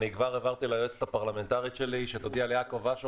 אני כבר העברתי ליועצת הפרלמנטרית שלי שתודיע ליעקב אשר